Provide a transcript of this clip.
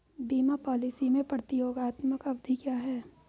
बीमा पॉलिसी में प्रतियोगात्मक अवधि क्या है?